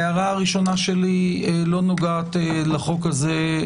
הערתי הראשונה לא נוגעת לחוק הזה